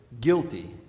guilty